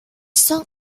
son